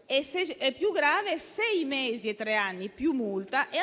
va da sei mesi a tre anni più multa e